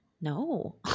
no